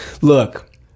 Look